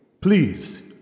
Please